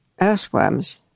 earthworms